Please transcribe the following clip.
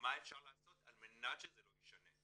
מה אפשר לעשות על מנת שזה לא יישנה.